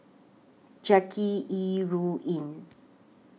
Jackie Yi Ru Ying